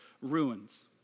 ruins